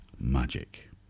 magic